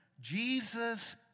Jesus